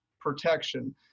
protection